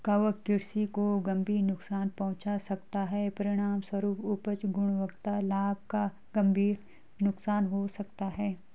कवक कृषि को गंभीर नुकसान पहुंचा सकता है, परिणामस्वरूप उपज, गुणवत्ता, लाभ का गंभीर नुकसान हो सकता है